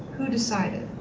who decided.